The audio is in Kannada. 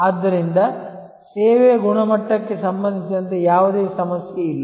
ಆದ್ದರಿಂದ ಸೇವೆಯ ಗುಣಮಟ್ಟಕ್ಕೆ ಸಂಬಂಧಿಸಿದಂತೆ ಯಾವುದೇ ಸಮಸ್ಯೆ ಇಲ್ಲ